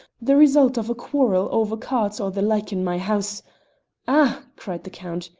the result of a quarrel over cards or the like in my house ah! cried the count,